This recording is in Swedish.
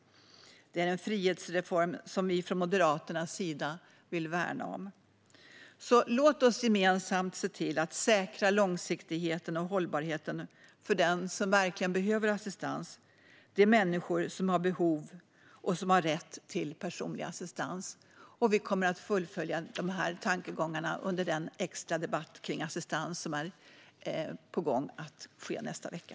Det är en frihetsreform som vi från Moderaternas sida vill värna om. Låt oss därför gemensamt se till att säkra långsiktighet och hållbarhet för dem som verkligen behöver det, nämligen de människor som har behov av och rätt till personlig assistans. Vi kommer att fullfölja dessa tankegångar under den extra debatt kring assistans som är på gång i nästa vecka.